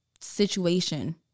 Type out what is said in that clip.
situation